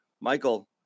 Michael